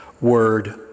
word